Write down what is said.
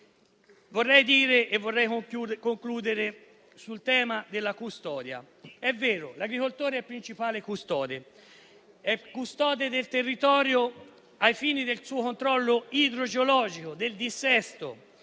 Vorrei concludere sul tema della custodia. È vero che l'agricoltore è il principale custode: è custode del territorio ai fini del suo controllo idrogeologico e del dissesto;